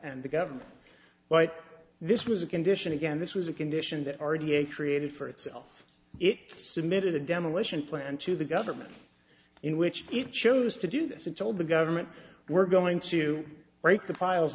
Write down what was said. and the government but this was a condition again this was a condition that already a created for itself it submitted a demolition plan to the government in which he chose to do this and told the government we're going to break the piles